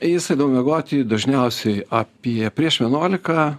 jis eidavo miegoti dažniausiai apie prieš vienuolika